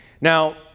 Now